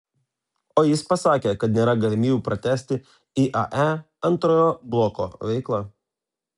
o jis pasakė kad nėra galimybių pratęsti iae antrojo bloko veiklą